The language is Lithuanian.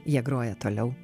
jie groja toliau